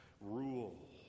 rule